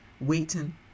waiting